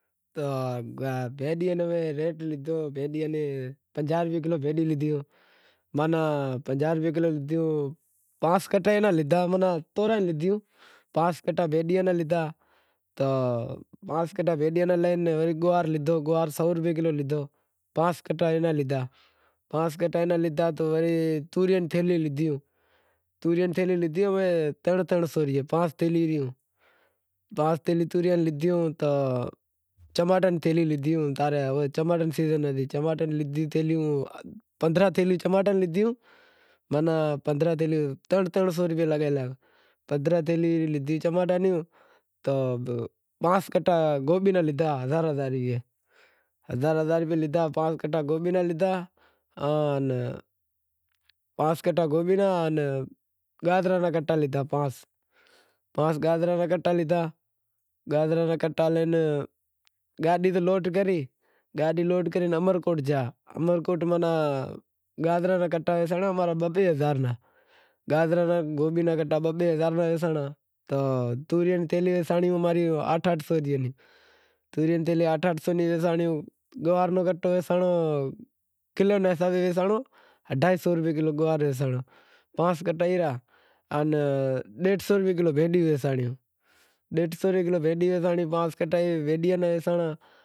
بھینڈیاں رو ریٹ لیدہو، ماناں پنجاہ روپیا کلو بھینڈیاں لیدہی، ماناں پنجاہ روپیا کلو لیدہوں، پانس کنٹا لیدہا ماناں تورے لیدہیوں، پانس کنٹ ابھینڈیاں را لے وڑے گوار لیدہو گوار وڑے سو روپے کلو لیدہو، پانس کنٹا ایناں لیدہا، وڑے توریاں ری تھیلیاں لیدہیاں، ترن ترن کلو ری تھیلیاں لیدہیاں، ترن ترن سو ریں، پانس کلو توریاں ری لیدہیوں تو چماٹا ری تھیلوں لیدہیوں، چاماٹا ری تھیلیوں لیدہیوں تو پندرنہں تھیلیوں چماٹا روں لیدہیوں تو ترن ترن سو لگائینتے تو پانس کٹا گوبی را لیدہا، ہزار ہزار ری اے، پانس کٹا گوبی را لیدہا آن گازراں را پانس کٹا لیدہا، گازراں را کٹا لے گاڈی تاں لوڈ کری، گاڈی لوڈ کرے امرکوٹ گیا، امرکوٹ ماناں گازراں را کٹا ڈینا بئے بئے ہزار ماں، گوبی را کٹا بھی بئے بئے ہزار را ویسانڑا تو توریاں روں تھیلوں آٹھ آٹھ سو نیں ویسانڑایوں، گوار رو کٹو ویسانڑو کلو رے حساب سیں ویسانڑو، اڈھائی سو روپیا کلو، پانس کٹا اے رہا، آن ڈیڈھ روپیا کلو بھینڈیوں ویسانڑیوں، ڈیڈھ سو روپیا کلو اے ویسانڑایوں تو پانس کٹا بھینڈیاں را ویسانڑا۔